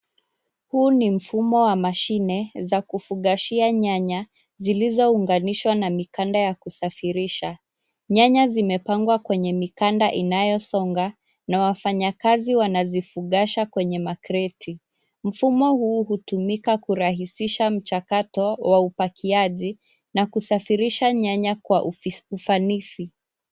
Huu ni mfumo wa mashine za kufugashia nyanya zilizounganishwa na mikanda ya kusafirisha, nyanya zimepangwa kwenye mikanda inayosonga na wafanyakazi wanazifugasha kwenye makreti. Mfumo huu hutumika kurahisisha mchakato wa upakiaji na kusafirisha nyanya kwa ufanisi.